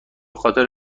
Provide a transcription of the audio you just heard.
خاطر